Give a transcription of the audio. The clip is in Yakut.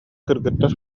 кыргыттар